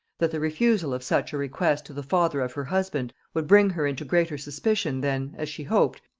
that the refusal of such a request to the father of her husband would bring her into greater suspicion than, as she hoped,